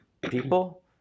people